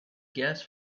gas